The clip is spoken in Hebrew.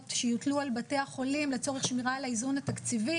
שיוטלו על בתי החולים לצורך שמירה על האיזון התקציבי,